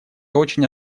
очень